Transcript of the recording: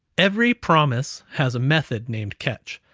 every promise has a method named catch,